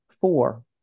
four